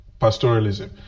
pastoralism